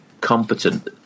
competent